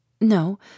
No